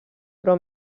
però